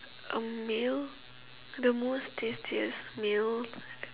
a meal the most tastiest meal